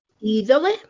Easily